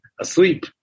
asleep